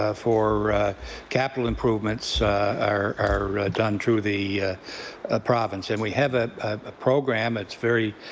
ah for capital improvements are done through the province, and we have a ah program that's very